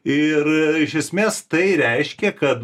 ir iš esmės tai reiškia kad